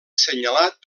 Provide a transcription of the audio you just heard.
senyalat